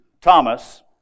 Thomas